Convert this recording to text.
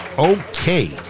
okay